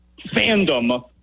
fandom